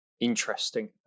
Interesting